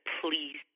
please